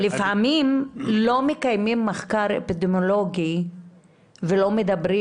לפעמים לא מקיימים מחקר אפידמיולוגי ולא מדברים